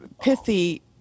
pithy